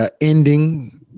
ending